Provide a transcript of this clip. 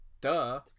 Duh